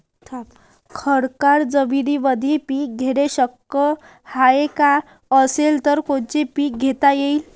खडकाळ जमीनीमंदी पिके घेणे शक्य हाये का? असेल तर कोनचे पीक घेता येईन?